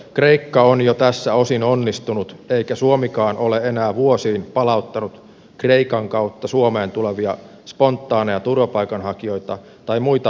kreikka on jo tässä osin onnistunut eikä suomikaan ole enää vuosiin palauttanut kreikan kautta suomeen tulevia spontaaneja turvapaikanhakijoita tai muita vastaavia yksilöitä